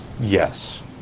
Yes